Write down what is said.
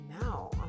now